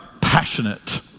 passionate